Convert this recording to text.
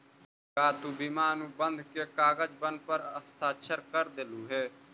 का तु बीमा अनुबंध के कागजबन पर हस्ताक्षरकर देलहुं हे?